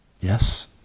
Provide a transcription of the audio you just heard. Yes